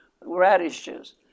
radishes